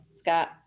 Scott